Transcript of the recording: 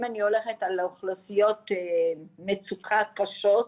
אם אני הולכת על האוכלוסיות של מצוקה קשות,